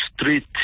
street